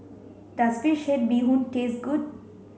does fish head bee hoon taste good